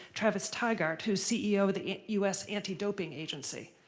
travis tygart, who's ceo of the us anti-doping agency,